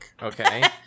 Okay